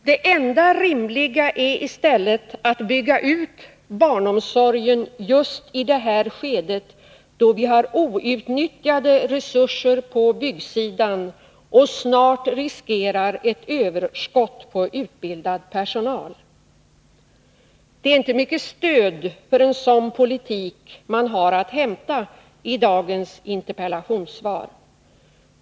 Det enda rimliga är i stället att bygga ut barnomsorgen just i det här skedet då vi har outnyttjade resurser på byggsidan och snart riskerar ett överskott på utbildad personal. Det är inte mycket stöd för en sådan politik man har att hämta i dagens interpellationssvar.